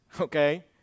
okay